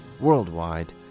worldwide